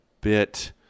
bit